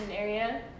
area